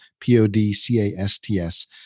P-O-D-C-A-S-T-S